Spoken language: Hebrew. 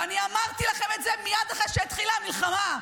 ואני אמרתי לכם את זה מייד אחרי שהתחילה המלחמה,